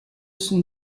son